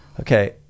okay